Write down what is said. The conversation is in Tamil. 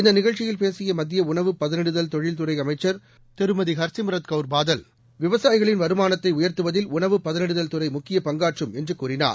இந்த நிகழ்ச்சியில் பேசிய மத்திய உணவு பதனிடுதல் தொழில்துறை அமைச்சர் திருமதி ஹர்சிம்ரத் கவுர் பாதல் விவசாயிகளின் வருமானத்தை உயர்த்துவதில் உணவு பதளிடுதல் துறை முக்கியப் பங்காற்றும் என்று கூறினார்